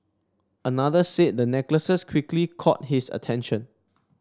another said the necklaces quickly caught his attention